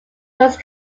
first